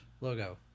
logo